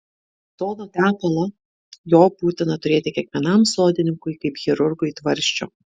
sodo tepalo jo būtina turėti kiekvienam sodininkui kaip chirurgui tvarsčio